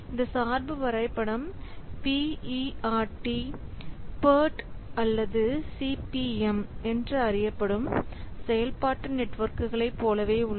இந்த சார்பு வரைபடம் பி இ ஆர் டி அல்லது சிபிஎம் என்று அறியப்படும் செயல்பாட்டு நெட்வொர்க்குகளை போலவே உள்ளது